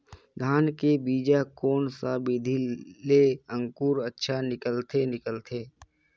चाना के बीजा कोन सा विधि ले अंकुर अच्छा निकलथे निकलथे